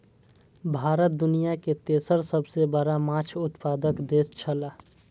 भारत दुनिया के तेसर सबसे बड़ा माछ उत्पादक देश छला